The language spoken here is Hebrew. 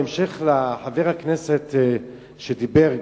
בהמשך לחבר הכנסת שדיבר,